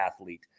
athlete